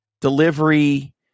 delivery